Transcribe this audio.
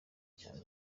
cyane